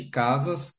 casas